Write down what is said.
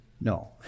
No